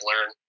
learn